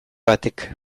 batek